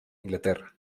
inglaterra